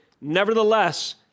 nevertheless